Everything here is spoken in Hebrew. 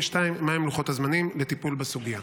2. מהם לוחות הזמנים לטיפול בסוגיה?